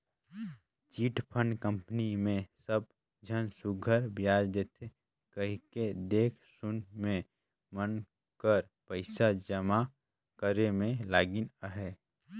chit fund company मे सब झन सुग्घर बियाज देथे कहिके देखा सुना में मन कर पइसा जमा करे में लगिन अहें